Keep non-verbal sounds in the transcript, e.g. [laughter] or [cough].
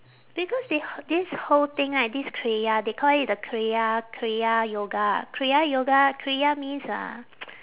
because th~ this whole thing right this kriya they call it the kriya kriya yoga kriya yoga kriya means uh [noise]